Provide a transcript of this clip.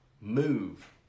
move